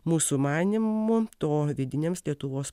mūsų manymu to vidiniams lietuvos